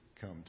come